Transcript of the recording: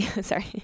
sorry